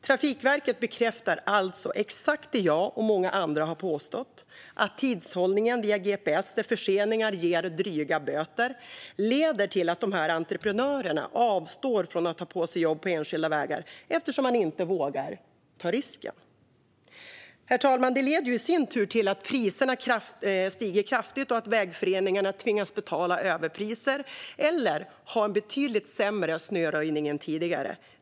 Trafikverket bekräftar alltså exakt det jag och många andra har påstått: att tidhållningen via gps, där förseningar ger dryga böter, leder till att entreprenörerna avstår från att ta på sig jobb på enskilda vägar, eftersom de inte vågar ta risken. Herr talman! Detta leder i sin tur till att priserna stiger kraftigt och att vägföreningarna tvingas betala överpriser eller ha en betydligt sämre snöröjning än tidigare.